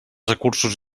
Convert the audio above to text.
recursos